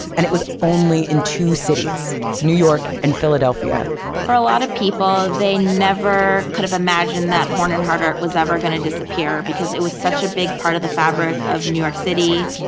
and it was only in two cities, new york and philadelphia for a lot of people, they never could have imagined that horn and hardart was ever going to disappear, because it was such a big part of the fabric of new york city,